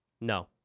No